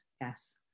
yes